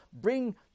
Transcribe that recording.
bring